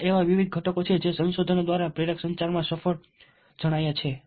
આ એવા વિવિધ ઘટકો છે જે સંશોધન દ્વારા પ્રેરક સંચારમાં સફળ જણાયા છે